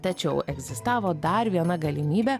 tačiau egzistavo dar viena galimybė